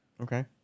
Okay